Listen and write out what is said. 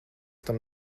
tam